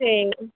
সেই